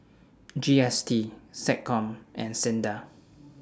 G S T Seccom and SINDA